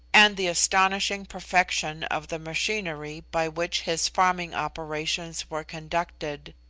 and the astonishing perfection of the machinery by which his farming operations were conducted.